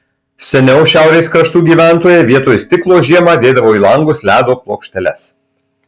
seniau šiaurės kraštų gyventojai vietoj stiklo žiemą dėdavo į langus ledo plokšteles